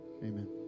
Amen